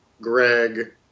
Greg